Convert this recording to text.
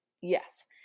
yes